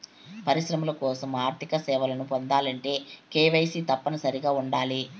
పరిశ్రమల కోసం ఆర్థిక సేవలను పొందాలంటే కేవైసీ తప్పనిసరిగా ఉండాలి